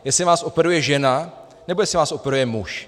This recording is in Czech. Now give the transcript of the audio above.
Jestli vás operuje žena, nebo jestli vás operuje muž?